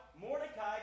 Mordecai